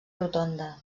rotonda